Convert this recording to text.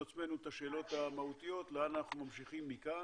עצמנו את השאלות המהותיות לאן אנחנו ממשיכים מכאן.